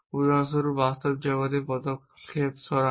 উদাহরণস্বরূপ বাস্তব জগতে পদক্ষেপ সরান